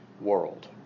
world